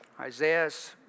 Isaiah's